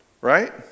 Right